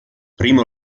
primo